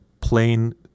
plain